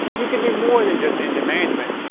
you can do more than just engine management,